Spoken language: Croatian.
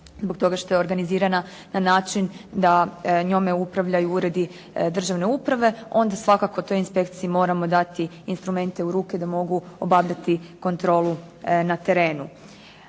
zbog toga što je organizirana na način da njome upravljaju uredi državne uprave, onda svakako toj inspekciji moramo dati instrumente u ruke da mogu obavljati kontrolu na terenu.